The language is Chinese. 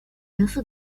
元素